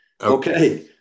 Okay